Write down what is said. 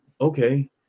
okay